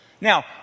Now